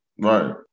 right